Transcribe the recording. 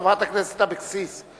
חברת הכנסת אבקסיס,